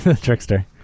trickster